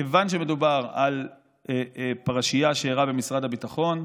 כיוון שמדובר על פרשייה שאירעה במשרד הביטחון,